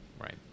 right